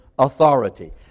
Authority